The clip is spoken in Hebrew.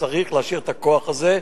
צריך להשאיר את הכוח הזה,